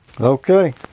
Okay